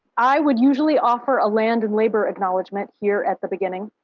i would usually offer a land and labor acknowledgment here at the beginning.